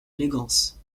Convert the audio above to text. élégance